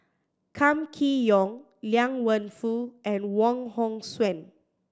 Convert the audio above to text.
Kam Kee Yong Liang Wenfu and Wong Hong Suen